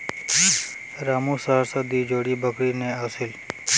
रामू शहर स दी जोड़ी बकरी ने ओसील